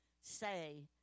say